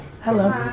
Hello